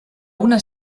una